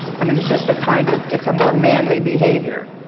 i mean, it's just the kind of it's a more manly behavior.